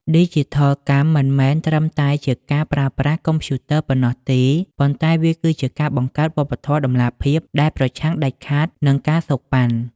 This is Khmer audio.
ឌីជីថលកម្មមិនមែនត្រឹមតែជាការប្រើប្រាស់កុំព្យូទ័រប៉ុណ្ណោះទេ ប៉ុន្តែវាគឺជាការបង្កើត "វប្បធម៌តម្លាភាព" ដែលប្រឆាំងដាច់ខាតនឹង ការសូកប៉ាន់។